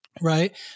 right